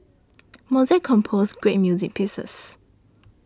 Mozart composed great music pieces